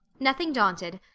nothing daunted,